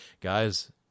Guys